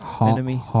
enemy